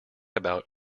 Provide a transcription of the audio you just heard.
about